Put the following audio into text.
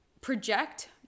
project